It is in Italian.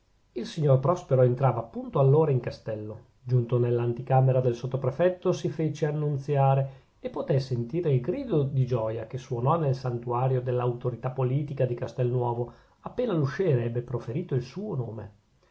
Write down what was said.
il signor prospero entrava appunto allora in castello giunto nell'anticamera del sottoprefetto si fece annunziare e potè sentire il grido di gioia che suonò nel santuario dell'autorità politica di castelnuovo appena l'usciere ebbe proferito il suo nome